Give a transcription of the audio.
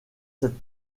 cette